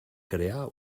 crear